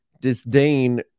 disdain